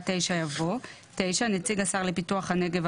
(9) יבוא: "(9) נציג השר לפיתוח הנגב,